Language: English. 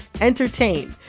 entertain